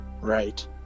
right